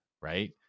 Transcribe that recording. right